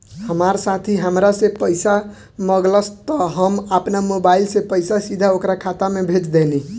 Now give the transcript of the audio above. हमार साथी हामरा से पइसा मगलस त हम आपना मोबाइल से पइसा सीधा ओकरा खाता में भेज देहनी